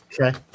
Okay